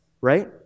right